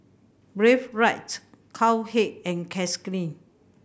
Breathe Right Cowhead and Cakenis